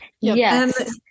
Yes